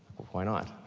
why not?